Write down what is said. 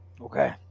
Okay